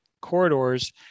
corridors